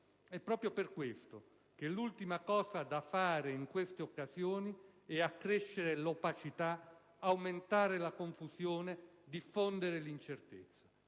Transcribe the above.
È proprio per questo che l'ultima cosa da fare in queste occasioni è accrescere l'opacità, aumentare la confusione, diffondere l'incertezza.